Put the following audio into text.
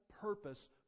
purpose